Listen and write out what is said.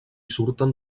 surten